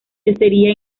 cestería